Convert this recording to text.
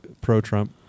pro-Trump